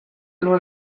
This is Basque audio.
nuen